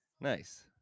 Nice